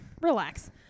Relax